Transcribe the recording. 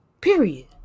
period